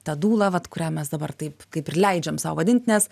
ta dula vat kurią mes dabar taip kaip ir leidžiam sau vadint nes